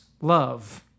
Love